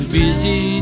busy